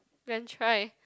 then try